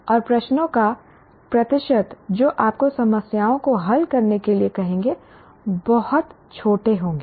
और प्रश्नों का प्रतिशत जो आपको समस्याओं को हल करने के लिए कहेंगे बहुत छोटे होंगे